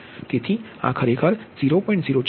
તેથી આ ખરેખર 0